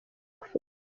afurika